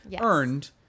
earned